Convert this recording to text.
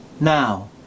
now